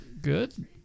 good